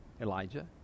Elijah